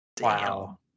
wow